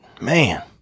man